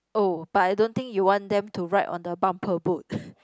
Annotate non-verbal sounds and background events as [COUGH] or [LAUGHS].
oh but I don't think you want them to ride on the bumper boat [LAUGHS]